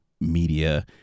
media